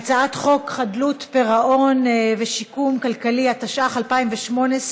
הצעת חוק חדלות פירעון ושיקום כלכלי, התשע"ח 2018,